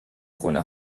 خونه